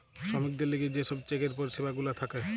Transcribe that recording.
শ্রমিকদের লিগে যে সব চেকের পরিষেবা গুলা থাকে